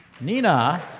Nina